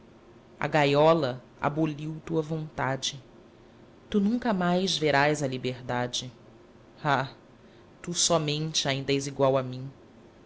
a gaiola aboliu tua vontade tu nunca mais verás a liberdade ah tu somente ainda és igual a mim